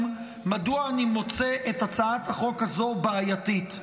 מדוע אני מוצא את הצעת החוק הזו בעייתית.